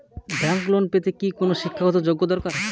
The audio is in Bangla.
ব্যাংক লোন পেতে কি কোনো শিক্ষা গত যোগ্য দরকার?